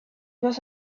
was